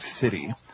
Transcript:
city